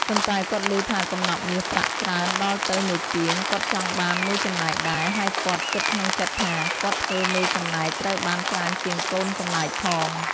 ប៉ុន្តែគាត់ឮថាកំណប់មាសប្រាក់ច្រើនដល់ទៅ១ ពាង គាត់ចង់បាន ១ ចំណែកដែរហើយគាត់គិតក្នុងចិត្តថា “គាត់ធ្វើមេចំណែកត្រូវបានច្រើនជាងកូនចំណែកផង ”។